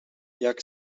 jak